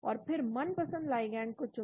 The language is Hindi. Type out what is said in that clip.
और फिर मनपसंद लाइगैंड को चुनते हैं